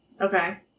Okay